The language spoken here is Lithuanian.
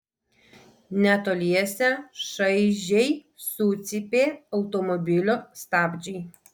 netoliese šaižiai sucypė automobilio stabdžiai